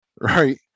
right